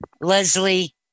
Leslie